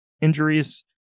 injuries